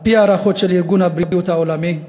על-פי הערכות של ארגון הבריאות העולמי,